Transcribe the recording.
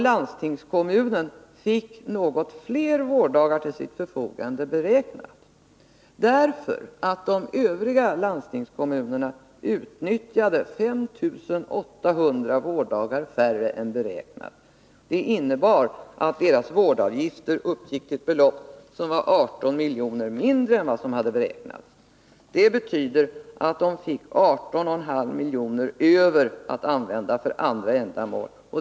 Landstingskommunen fick något fler vårddagar till sitt förfogande än beräknat, därför att de övriga landstings kommunerna utnyttjade 5 800 vårddagar färre än beräknat. Det innebar att deras vårdavgifter uppgick till ett belopp som var 18 milj.kr. mindre än vad som hade beräknats. De fick då 18,5 milj.kr. över att använda för andra ändamål.